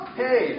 hey